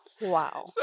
Wow